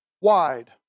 Wide